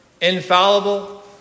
infallible